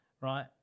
right